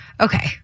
Okay